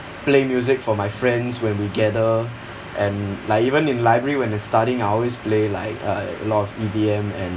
play music for my friends when we gather and like even in library when I'm studying always play like uh a lot of E_D_M and